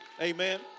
Amen